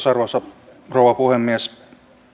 arvoisa rouva puhemies